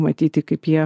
matyti kaip jie